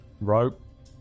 Rope